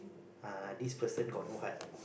uh this person got no heart